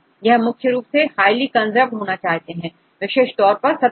यह मुख्य रूप से हाईली कंजर्व्ड होना चाहते हैं विशेष तौर पर सतह पर